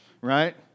right